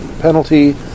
penalty